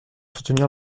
soutenir